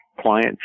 client